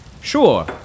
sure